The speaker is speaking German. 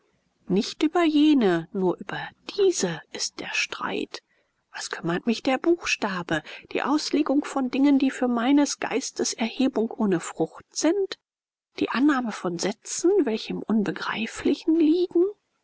nicht über jenen nur über diese ist der streit was kümmert mich der buchstabe die auslegung von dingen die für meines geistes erhebung ohne frucht sind die annahme von sätzen welche im unbegreiflichen liegen